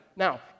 Now